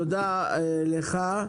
תודה לך.